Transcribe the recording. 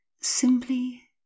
Simply